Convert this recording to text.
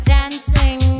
dancing